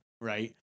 right